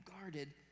guarded